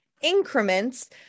increments